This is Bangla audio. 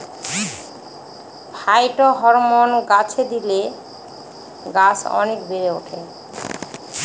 ফাইটোহরমোন গাছে দিলে গাছ অনেক বেড়ে ওঠে